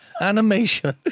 Animation